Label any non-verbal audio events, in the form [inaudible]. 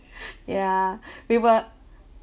[breath] yeah we were